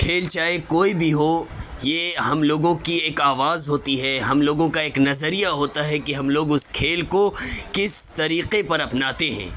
کھیل چاہے کوئی بھی ہو یہ ہم لوگوں کی ایک آواز ہوتی ہے ہم لوگوں کا ایک نظریہ ہوتا ہے کہ ہم لوگ اس کھیل کو کس طریقے پر اپناتے ہیں